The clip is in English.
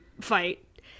fight